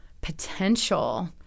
potential